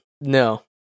no